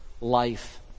life